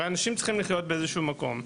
הרי אנשים צריכים לחיות באיזה שהוא מקום.